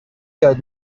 یاد